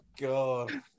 God